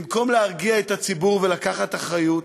במקום להרגיע את הציבור ולקחת אחריות,